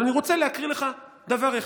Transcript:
אבל אני רוצה להקריא לך דבר אחד.